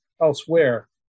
elsewhere